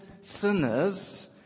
sinners